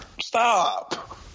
Stop